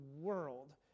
world